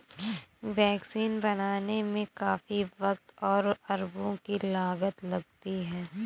vaccine बनाने में काफी वक़्त और अरबों की लागत लगती है